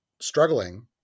struggling